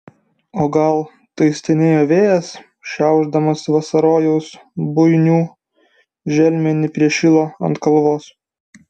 o gal tai stenėjo vėjas šiaušdamas vasarojaus buinų želmenį prie šilo ant kalvos